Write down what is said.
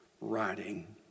writing